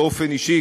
באופן אישי,